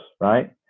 right